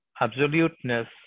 absoluteness